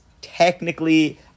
technically